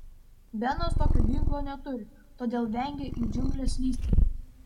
benas tokio ginklo neturi todėl vengia į džiungles lįsti